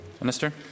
Minister